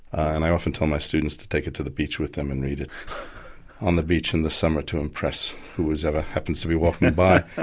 and i often tell my students to take it to the beach with them and read it on the beach in the summer to impress whoever happens to be walking by.